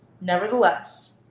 Nevertheless